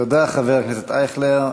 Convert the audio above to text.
תודה, חבר הכנסת אייכלר.